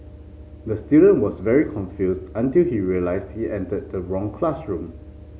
the student was very confused until he realised he entered the wrong classroom